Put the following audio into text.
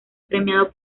premiado